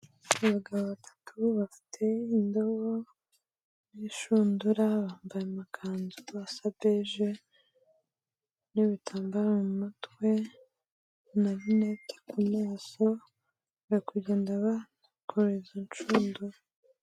Abagabo batatu bafite indobo n'inshundura, bambaye amakanzu asa beje n'ibitambaro mu mutwe, amarinete ku maso bari kugenda bakoreza inshundura.